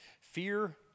Fear